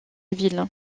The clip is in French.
ville